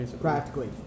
practically